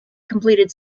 completed